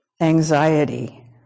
anxiety